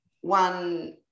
one